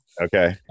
Okay